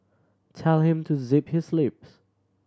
tell him to zip his lips